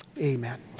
amen